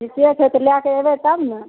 ठीके छै तऽ लैके एबै तब ने